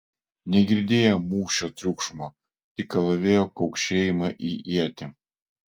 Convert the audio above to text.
negirdėjo mūšio triukšmo tik kalavijo kaukšėjimą į ietį